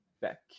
back